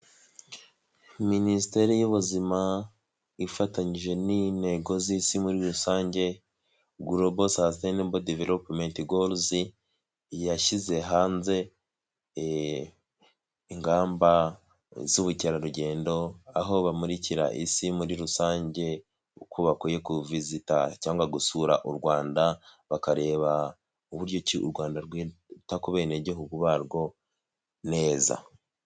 Minisiteri y'ubuzima ifatanyije n'intego z'isi muri rusange golobo sastayinebo diveropumeti goruzi, yashyize hanze ingamba z'ubukerarugendo aho bamurikira isi muri rusange, uko bakwiye kuvuzita cyangwa gusura u Rwanda bakareba uburyo ki u Rwanda rwita ku benegihugu barwo neza.